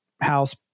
house